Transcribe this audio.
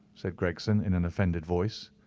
said gregson, in an offended voice.